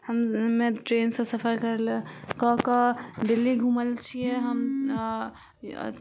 हम्मे ट्रेन से सफर करय लऽ कऽ कऽ दिल्ली घूमल छियै हम